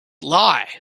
lie